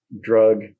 drug